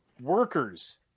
workers –